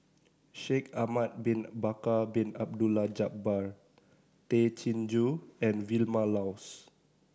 Shaikh Ahmad Bin Bakar Bin Abdullah Jabbar Tay Chin Joo and Vilma Laus